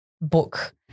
book